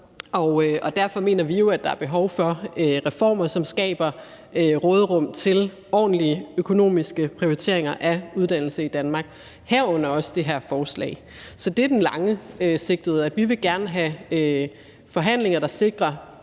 derfor mener vi jo, at der er behov for reformer, som skaber råderum til nogle ordentlige økonomiske prioriteringer af uddannelser i Danmark, herunder også det her forslag. Så det er det langsigtede, altså at vi gerne vil have forhandlinger, der sikrer